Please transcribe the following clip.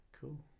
cool